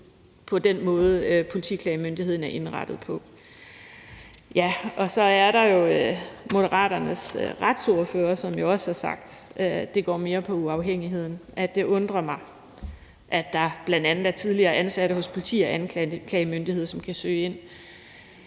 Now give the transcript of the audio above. på den måde, Politiklagemyndigheden er indrettet på. Så er der jo også Moderaternes retsordfører, som har sagt, og det går mere på uafhængigheden, at det undrer vedkommende, at det bl.a. er tidligere ansatte hos politi- og anklagemyndighed, som kan søge ind.